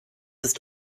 ist